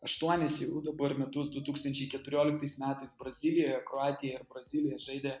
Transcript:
aštuonis jų dabar metus du tūkstančiai keturioliktais metais brazilijoje kroatija brazilija žaidė